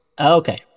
Okay